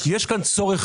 צורך